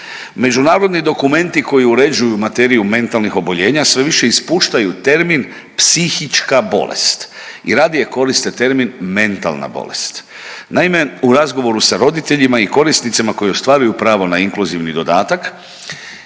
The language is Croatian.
Međunarodni dokumenti koji uređuju materiju mentalnih oboljenja, sve više ispuštaju termin psihička bolest i rade koriste termin mentalna bolest. Naime, u razgovoru sa roditeljima i korisnicima koji ostvaruju pravo na inkluzivni dodatak,